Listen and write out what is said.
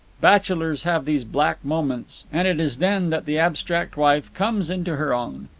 bachelors have these black moments, and it is then that the abstract wife comes into her own.